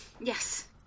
Yes